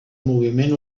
moviment